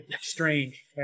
strange